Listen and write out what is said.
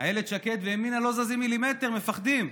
אילת שקד וימינה לא זזים מילימטר, מפחדים.